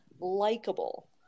likable